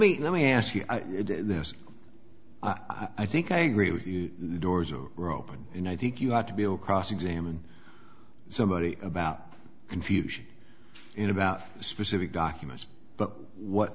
me let me ask you this i think i agree with you the doors are open and i think you have to be able to cross examine somebody about confusion in about specific documents but what